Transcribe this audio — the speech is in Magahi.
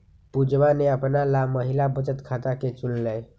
पुजवा ने अपना ला महिला बचत खाता के चुन लय